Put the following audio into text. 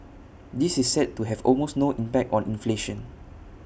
this is set to have almost no impact on inflation